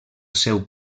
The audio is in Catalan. seu